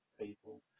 people